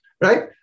right